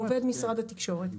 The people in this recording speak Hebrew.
עובד משרד התקשורת.